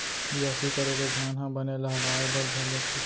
बियासी करे ले धान ह बने लहलहाये बर धर लेथे